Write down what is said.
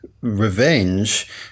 revenge